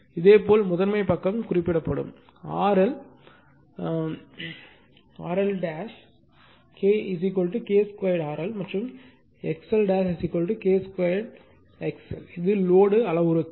இதேபோல் முதன்மை பக்கம் குறிப்பிடப்படும் RL 1 K 2 RL மற்றும் XL1 K 2 XL இது லோடு அளவுருக்கள்